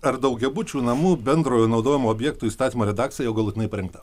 ar daugiabučių namų bendrojo naudojimo objektų įstatymo redakcija jau galutinai parengta